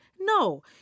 No